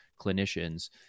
clinicians